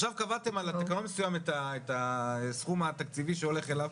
קבעתם על תקנון מסוים את הסכום התקציבי שהולך אליו.